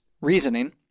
reasoning